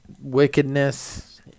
Wickedness